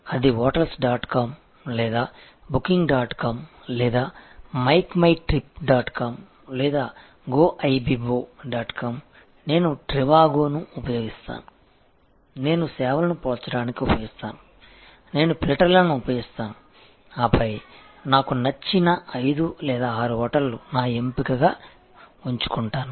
అది hotels dot com లేదా booking dot com లేదా Make My Trip dot com లేదా గోఐబిబో డాట్ కామ్ నేను ట్రివాగోను ఉపయోగిస్తాను నేను సేవలను పోల్చడానికి ఉపయోగిస్తాను నేను ఫిల్టర్లను ఉపయోగిస్తాను ఆపై నాకు నచ్చిన 5 లేదా 6 హోటళ్లు నా ఎంపిక గా ఉంచుకుంటాను